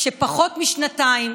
שבפחות משנתיים,